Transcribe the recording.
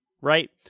right